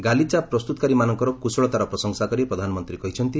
ଗାଲିଚା ପ୍ରସ୍ତୁତକାରୀମାନଙ୍କର କୁଶଳତାର ପ୍ରଶଂସା କରି ପ୍ରଧାନମନ୍ତ୍ରୀ କହିଛନ୍ତି